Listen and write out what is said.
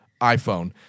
iPhone